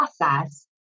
process